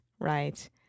right